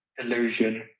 illusion